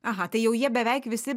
aha tai jau jie beveik visi